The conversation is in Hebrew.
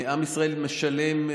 עם ישראל משלם,